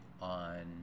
on